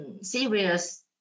serious